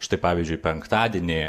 štai pavyzdžiui penktadienį